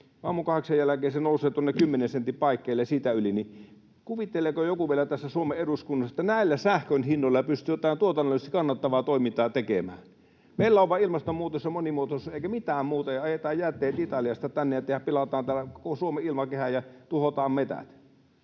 aamukahdeksan jälkeen se nousee tuonne 10 sentin paikkeille ja siitä yli, niin kuvitteleeko joku vielä täällä Suomen eduskunnassa, että näillä sähkön hinnoilla pystytään tuotannollisesti kannattavaa toimintaa tekemään? Meillä on vain ilmastonmuutos ja monimuotoisuus eikä mitään muuta, ja ajetaan jätteet Italiasta tänne ja pilataan täällä koko Suomen ilmakehä ja tuhotaan metsät.